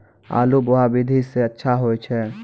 आलु बोहा विधि सै अच्छा होय छै?